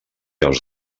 els